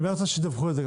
למי את רוצה שידווחו את זה?